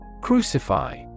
Crucify